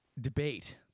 debate